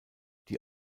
die